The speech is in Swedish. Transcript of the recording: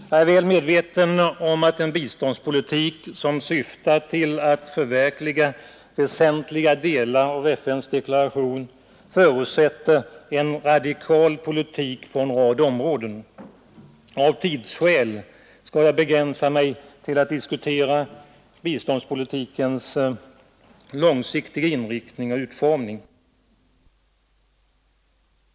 Jag är väl medveten om att en biståndspolitik som syftar till att förverkliga väsentliga delar av FN:s deklaration förutsätter en radikal politik på en rad områden. Av tidsskäl skall jag begränsa mig till att diskutera biståndspolitikens långsiktiga inriktning och utformning. Det är ingen överdrift att påstå att vårt stöd till de fattiga folken borde haft en starkare jämlikhetspolitisk inriktning.